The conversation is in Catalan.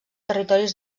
territoris